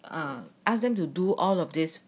um ask them to do all of this